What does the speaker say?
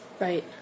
Right